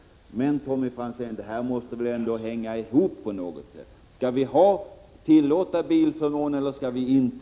Men, Tommy Franzén, det hela måste väl ändå hänga ihop på något sätt? Skall vi tillåta bilförmån eller inte?